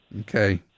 Okay